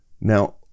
Now